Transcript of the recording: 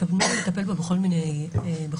התכוונו לטפל בו בכל מיני מצבים,